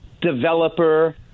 developer